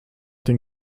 den